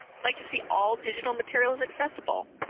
like to see all digital materials accessible,